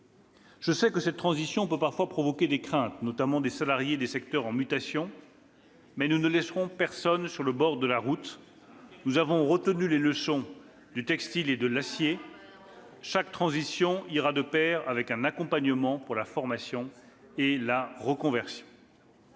Je sais que cette transition peut parfois susciter des craintes, notamment des salariés des secteurs en mutation. Mais nous ne laisserons personne sur le bord de la route. » Ah ça !« Nous avons retenu les leçons du textile et de l'acier. Chaque transition ira de pair avec un accompagnement pour la formation et la reconversion.